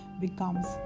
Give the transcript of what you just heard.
becomes